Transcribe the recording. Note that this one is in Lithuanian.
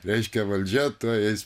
reiškia valdžia tuoj eis